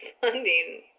funding